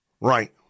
Right